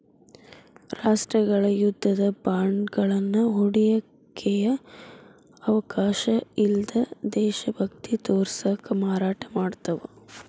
ರಾಷ್ಟ್ರಗಳ ಯುದ್ಧದ ಬಾಂಡ್ಗಳನ್ನ ಹೂಡಿಕೆಯ ಅವಕಾಶ ಅಲ್ಲ್ದ ದೇಶಭಕ್ತಿ ತೋರ್ಸಕ ಮಾರಾಟ ಮಾಡ್ತಾವ